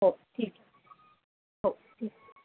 हो ठीक हो ठीक